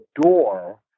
door